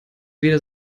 weder